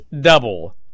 double